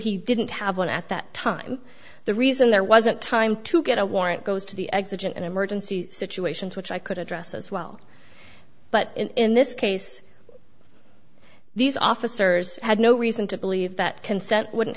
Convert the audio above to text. he didn't have one at that time the reason there wasn't time to get a warrant goes to the exit in an emergency situation which i could address as well but in this case these officers had no reason to believe that